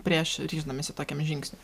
prieš ryždamiesi tokiam žingsniui